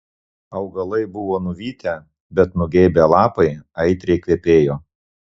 augalai buvo nuvytę bet nugeibę lapai aitriai kvepėjo